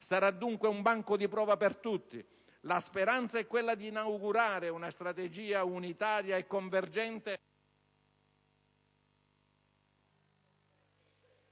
Sarà dunque un banco di prova per tutti! La speranza è quella di inaugurare una strategia unitaria e convergente